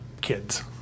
kids